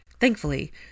Thankfully